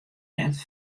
net